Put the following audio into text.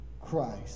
Christ